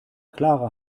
clara